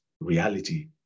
reality